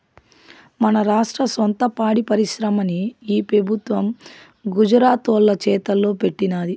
మన రాష్ట్ర సొంత పాడి పరిశ్రమని ఈ పెబుత్వం గుజరాతోల్ల చేతల్లో పెట్టినాది